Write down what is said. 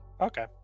Okay